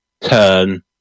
turn